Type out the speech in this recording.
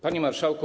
Panie Marszałku!